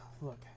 look